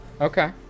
Okay